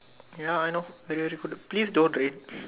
ya I know then very good please don't rain